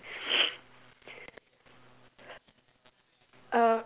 uh